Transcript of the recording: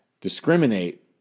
discriminate